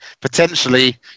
potentially